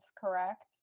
correct